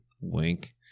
Wink